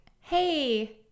Hey